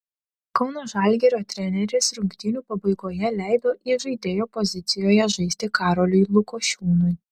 kauno žalgirio treneris rungtynių pabaigoje leido įžaidėjo pozicijoje žaisti karoliui lukošiūnui